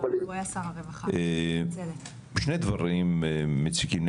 שני דברים מציקים לי.